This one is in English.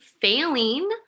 failing